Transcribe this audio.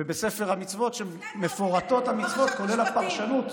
ובספר המצוות מפורטות המצוות, כולל הפרשנות,